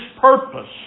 purpose